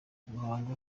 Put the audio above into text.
ruhango